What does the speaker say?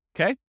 Okay